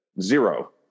zero